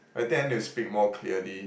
I think I need to speak more clearly